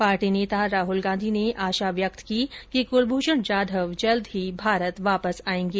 party नेता राहुल गांधी ने आशा व्यक्त की कि कुलभूषण जाधव जल्द ही भारत वापस आयेंगे